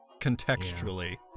Contextually